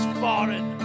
foreign